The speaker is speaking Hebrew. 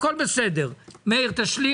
מאיר, תשלים.